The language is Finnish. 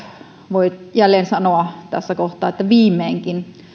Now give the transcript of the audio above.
voi jälleen sanoa tässä kohtaa että viimeinkin